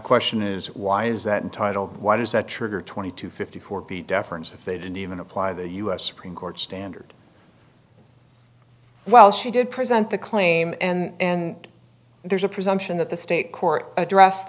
question is why is that entitled why does that trigger twenty two fifty four p deference if they don't even apply the u s supreme court standard well she did present the claim and there's a presumption that the state court addressed